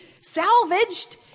salvaged